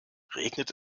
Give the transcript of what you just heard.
regnet